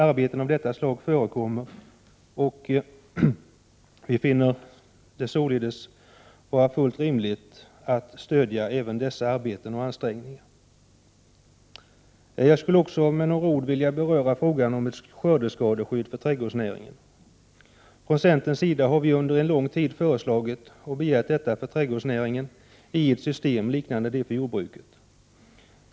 Arbeten av detta slag förekommer, och det finns således alla skäl att stödja även dessa arbeten och ansträngningar. Jag skulle också med några ord vilja beröra frågan om ett skördeskadeskydd för trädgårdsnäringen. Från centerns sida har vi under lång tid föreslagit och begärt ett system för skördeskadeskydd för trädgårdsnäringen liknande det för jordbruket.